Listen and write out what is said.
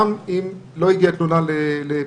גם אם לא הגיעה תלונה לפתחה.